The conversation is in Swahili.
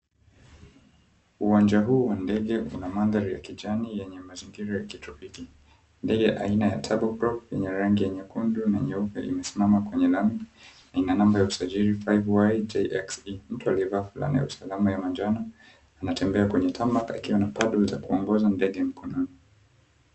Uwanja huu wa ndege una maandhari ya kijani yenye mazingira ya kitropiki. Ndege ya aina ya turboprop yenye rangi ya nyekundu na nyeupe imesimama kwenye lami ina namba ya usajili 5YJXI. Mtu aliyevaa fulana ya usalama ya manjano anatembea kwenye tarmac akiwa na paddles za kuongoza ndege mkononi.